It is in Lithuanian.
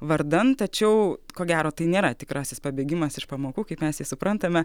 vardan tačiau ko gero tai nėra tikrasis pabėgimas iš pamokų kaip mes jį suprantame